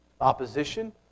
opposition